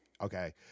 okay